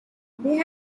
they